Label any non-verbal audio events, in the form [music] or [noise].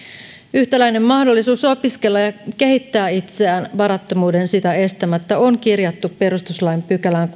yhtäläinen mahdollisuus opiskella ja ja kehittää itseään varattomuuden sitä estämättä on kirjattu perustuslain kuudenteentoista pykälään [unintelligible]